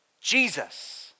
Jesus